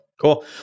Cool